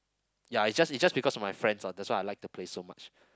ya it's just it's just because of my friend oh that's why I like to play so much